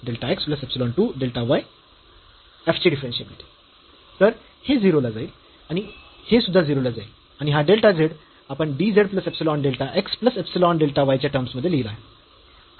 ची डिफरन्शियाबिलिटी तर हे 0 ला जाईल हे सुद्धा 0 ला जाईल आणि हा डेल्टा z आपण dz plus epsilon delta x plus epsilon delta y च्या टर्म्स मध्ये लिहला आहे